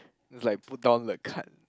like put down the card